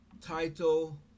Title